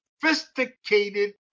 sophisticated